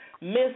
Miss